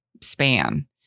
span